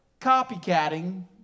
copycatting